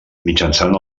mitjançant